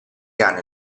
hanno